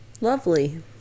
Lovely